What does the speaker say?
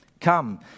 Come